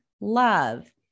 love